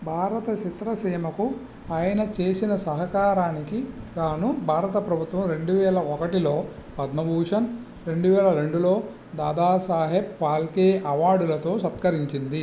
భారత చిత్రసీమకు ఆయన చేసిన సహకారానికి గాను భారత ప్రభుత్వం రెండు వేల ఓకటిలో పద్మభూషణ్ రెండు వేల రెండులో దాదా సాహెబ్ ఫాల్కే అవార్డులతో సత్కరించింది